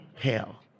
Hell